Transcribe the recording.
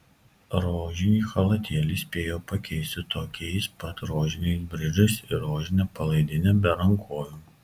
rožinį chalatėlį spėjo pakeisti tokiais pat rožiniais bridžais ir rožine palaidine be rankovių